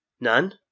None